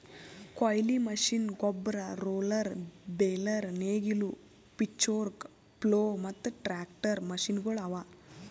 ಕೊಯ್ಲಿ ಮಷೀನ್, ಗೊಬ್ಬರ, roller, baler, ನೇಗಿಲು, ಪಿಚ್ಫೋರ್ಕ್, ಪ್ಲೊ ಮತ್ತ ಟ್ರಾಕ್ಟರ್ ಮಷೀನಗೊಳ್ ಅವಾ